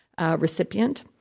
recipient